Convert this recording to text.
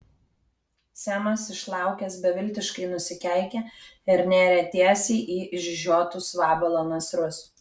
semas išlaukęs beviltiškai nusikeikė ir nėrė tiesiai į išžiotus vabalo nasrus